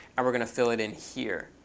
and we're going to fill it in here.